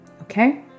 okay